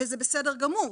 וזה בסדר גמור,